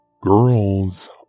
Girls